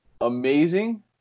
amazing